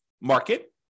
market